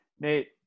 Nate